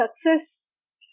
success